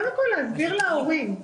קודם כל, להסביר להורים,